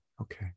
Okay